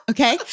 Okay